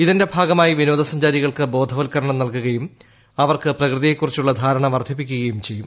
ഇതിന്റെ ഭാഗമായി വിനോദ സഞ്ചാരികൾക്ക്ബോധവൽക്കരണം നൽകുകയും അവർക്ക് പ്രകൃതിയെക്കുറിച്ചുള്ള ധാരണ വർദ്ധിപ്പിക്കുകയും ചെയ്യും